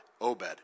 Obed